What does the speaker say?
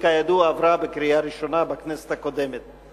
כידוע, היא עברה בקריאה ראשונה בכנסת הקודמת.